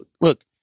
Look